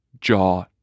jaw